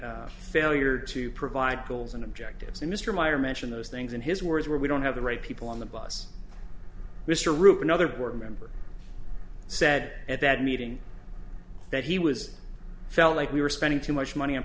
the failure to provide goals and objectives and mr meyer mentioned those things in his words were we don't have the right people on the bus mr ruef another board member said at that meeting that he was felt like we were spending too much money